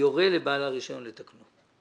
לכן